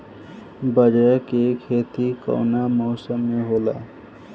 बाजरा के खेती कवना मौसम मे होला?